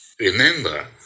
Remember